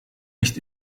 nicht